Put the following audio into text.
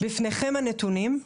בפניכם הנתונים: